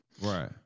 Right